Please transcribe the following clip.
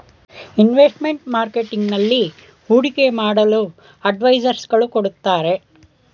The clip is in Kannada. ಇನ್ವೆಸ್ಟ್ಮೆಂಟ್ ಮಾರ್ಕೆಟಿಂಗ್ ನಲ್ಲಿ ಹೂಡಿಕೆ ಮಾಡಲು ಅಡ್ವೈಸರ್ಸ್ ಗಳು ಕೊಡುತ್ತಾರೆ